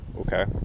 Okay